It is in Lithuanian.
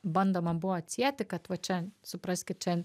bandoma buvo atsieti kad va čia supraskit čia